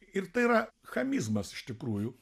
ir tai yra chamizmas iš tikrųjų